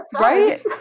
Right